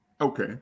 Okay